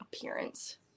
appearance